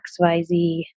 XYZ